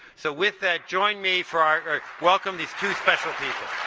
so with that, join me for our welcome these two special people.